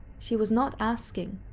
she was not asking,